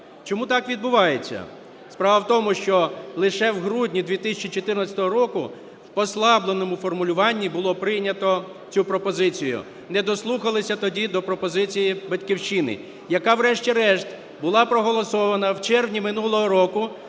Чому так відбувається? Справа в тому, що лише в грудні 2014 року в послабленому формулюванні було прийнято цю пропозицію. Не дослухалися тоді до пропозиції "Батьківщини", яка врешті-решт була проголосована в червні минулого року,